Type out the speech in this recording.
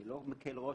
אני לא מקל ראש,